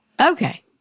Okay